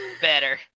Better